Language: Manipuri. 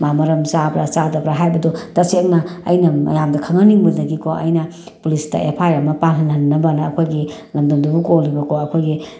ꯃꯥ ꯃꯔꯝ ꯆꯥꯕ꯭ꯔꯥ ꯆꯥꯗꯕ꯭ꯔꯥ ꯍꯥꯏꯕꯗꯣ ꯇꯁꯦꯡꯅ ꯑꯩꯅ ꯃꯌꯥꯝꯗ ꯈꯪꯍꯟꯅꯤꯡꯕꯗꯒꯤ ꯀꯣ ꯑꯩꯅ ꯄꯨꯂꯤꯁꯇ ꯑꯦꯐ ꯑꯥꯏ ꯑꯥꯔ ꯑꯃ ꯄꯥꯜꯍꯟꯍꯟꯅꯕꯅ ꯑꯩꯈꯣꯏꯒꯤ ꯂꯝꯗꯝꯗꯨꯕꯨ ꯀꯣꯜꯂꯤꯕ ꯀꯣ ꯑꯩꯈꯣꯏꯒꯤ